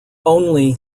only